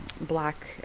black